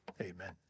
Amen